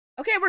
Okay